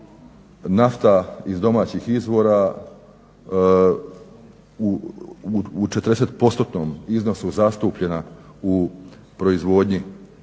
nafta iz domaćih izvora u 40%-om iznosu zastupljena u proizvodnji